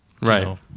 Right